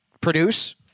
produce